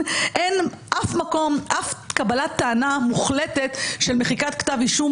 אין אף קבלת טענה מוחלטת של מחיקת כתב אישום,